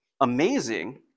amazing